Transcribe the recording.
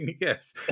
Yes